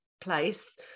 place